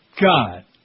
God